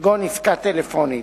כגון עסקה טלפונית.